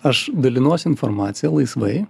aš dalinuosi informacija laisvai